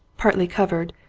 partly covered,